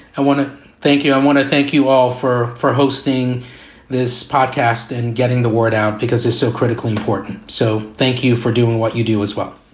i want to thank you. i want to thank you all four for hosting this podcast and getting the word out because it's so critically important. so thank you for doing what you do as well